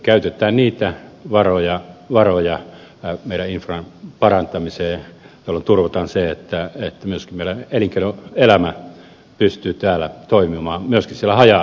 käytetään niitä varoja meidän infran parantamiseen jolloin turvataan se että meidän elinkeinoelämä pystyy myöskin siellä haja asutusalueilla toimimaan